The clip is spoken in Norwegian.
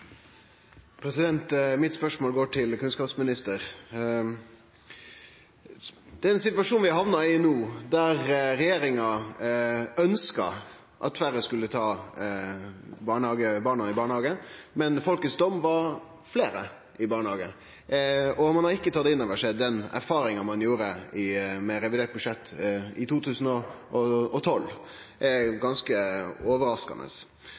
Mitt spørsmål går til kunnskapsministeren. Den situasjonen vi har hamna i no, etter at regjeringa ønskte at færre skulle ha barna i barnehage, men der folkets dom var fleire barn i barnehage, og ein ikkje har tatt innover seg den erfaringa ein gjorde med revidert budsjett i 2012, er